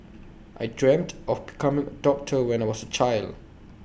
I dreamt of becoming A doctor when I was A child